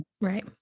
right